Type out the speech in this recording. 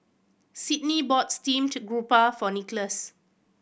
Sydney bought steamed garoupa for Nickolas